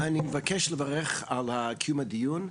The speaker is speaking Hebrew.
אני מבקש לברך על קיום הדיון,